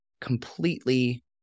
completely